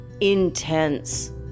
intense